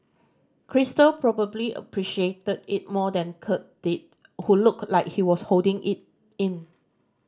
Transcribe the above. crystal probably appreciated it more than Kirk did who looked like he was holding it in